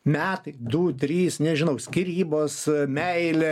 metai du trys nežinau skyrybos meilė